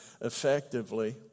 effectively